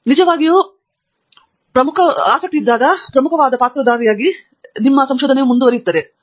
ಆದ್ದರಿಂದ ಇದು ನಿಜವಾಗಿಯೂ ಪ್ರಮುಖವಾದ ಪಾತ್ರವಾಗಿದ್ದು ನಿಜವಾಗಿ ಅಭಿನಂದನೆಗಳು ಮುಂದುವರಿಯುತ್ತದೆ